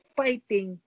fighting